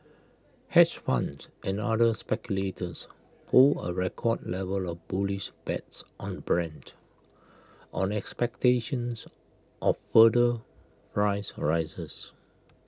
hedge funds and other speculators hold A record level of bullish bets on Brent on expectations of further price rises